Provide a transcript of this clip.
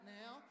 now